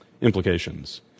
implications